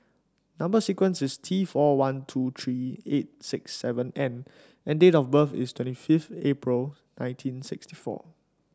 number sequence is T four one two three eight six seven N and date of birth is twenty five April nineteen sixty four